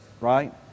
right